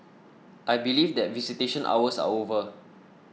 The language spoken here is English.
I believe that visitation hours are over